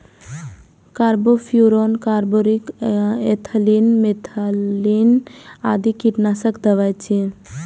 carbofuran, carbaryl, ethylene, methylene आदि कीटनाशक दवा छियै